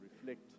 reflect